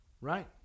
Right